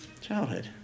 Childhood